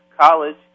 college